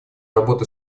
работы